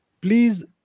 Please